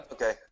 Okay